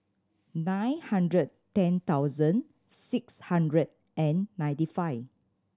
nine hundred ten thousand six hundred and ninety five